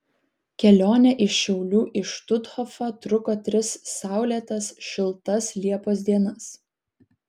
kelionė iš šiaulių į štuthofą truko tris saulėtas šiltas liepos dienas